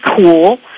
cool